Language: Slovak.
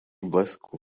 blesku